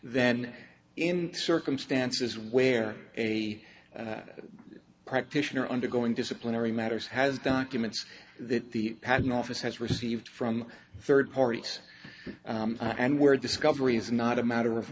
then in circumstances where a practitioner undergoing disciplinary matters has documents that the patent office has received from third parties and where discovery is not a matter of